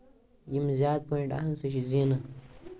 یِمنٕے زیادٕ پوٚیِنٹ آسان سُہ چھُ زینان